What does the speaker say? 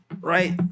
right